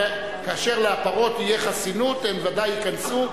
כאשר לפרות תהיה חסינות הן ודאי ייכנסו,